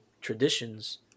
traditions